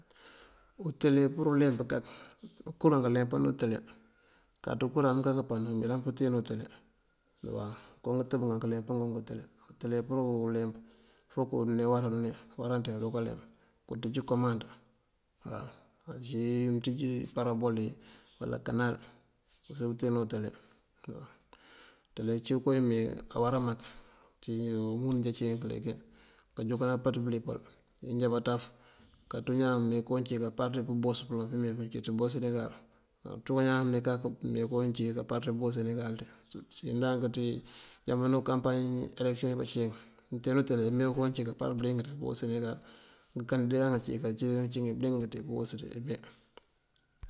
Utele pur uleemp kuk, ukuraŋ káaleempáandun utele. Amëënkáaţ kuraŋ amëënká kapano mëëyëlan káten utule uwaw, ngënko ngëëtëb ingaŋ káaleempáangun utele. Utele pur uleemp fok udune wara, uwaráaţ dinka leemp. kotíj koomand uwaw, ací mëënţíj iparabol iyi uwala kanal këëpurësir káanteno utele. Utele ací koowí meewí awara mak ţí umundu uwí ngëëncíneenk legi. Káanjúnkan náampaţ bëëlimpal, injá báaţaf káanţú iñaan nëëmee koowun cí káapar dí pëëmbos pëloŋ píimeempi páancíiţëpi pëëmbos senegal. Káanţú bañaan meenkak meen kooncí káapar ţí pëëmbos senegal ţí. Ţí ndank ţí jámano káampañ elekësiyoŋ yin náancí, mëënten utele këëmeenko uncí káapar dí pëbos senegal. Ngëënkáandinda ngancíingi ací ngancí ţí pëmbos ţí ime.